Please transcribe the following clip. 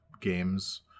games